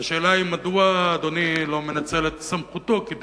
השאלה היא: מדוע אדוני לא מנצל את סמכותו כדי